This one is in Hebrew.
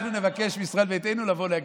אנחנו נבקש מישראל ביתנו לבוא להגיב.